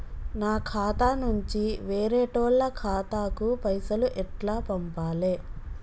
నా ఖాతా నుంచి వేరేటోళ్ల ఖాతాకు పైసలు ఎట్ల పంపాలే?